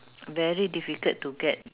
very difficult to get